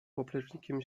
poplecznikiem